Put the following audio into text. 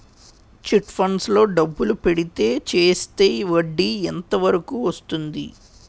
Chit funds లో డబ్బులు పెడితే చేస్తే వడ్డీ ఎంత వరకు వస్తుంది?